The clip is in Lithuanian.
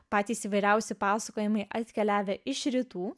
patys įvairiausi pasakojimai atkeliavę iš rytų